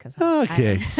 Okay